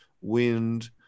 wind